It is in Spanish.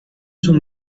sus